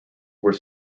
were